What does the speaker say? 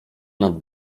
nad